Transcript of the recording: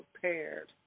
prepared